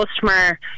customer